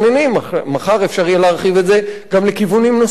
מחר אפשר יהיה להרחיב את זה גם לכיוונים נוספים,